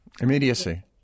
Immediacy